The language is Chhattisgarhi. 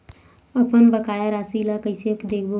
अपन बकाया राशि ला कइसे देखबो?